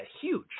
huge